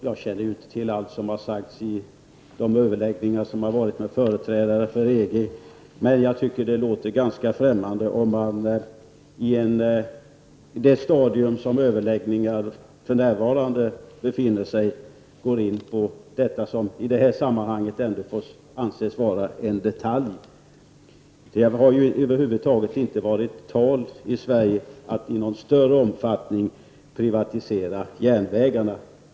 Jag känner ju inte till allt som sagts i överläggningarna med företrädare för EG, men det förefaller mig främmande att man i det stadium som dessa överläggningar för närvarande befinner sig i skulle ha gått in på denna fråga, som väl i sammanhanget ändå får anses vara en detalj. Det har ju över huvud taget inte varit på tal i Sverige att i någon större omfattning privatisera järnvägarna.